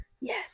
yes